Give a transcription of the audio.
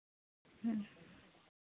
ᱦᱮᱸ